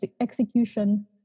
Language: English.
execution